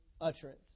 utterance